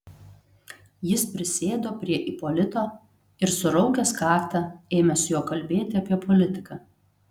jis prisėdo prie ipolito ir suraukęs kaktą ėmė su juo kalbėti apie politiką